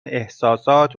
احساسات